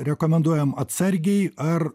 rekomenduojam atsargiai ar